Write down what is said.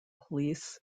police